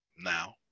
Now